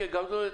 כבודו,